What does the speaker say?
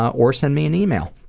or send me an email.